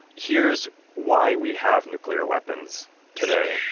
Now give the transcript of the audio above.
here's why we have nuclear weapons today,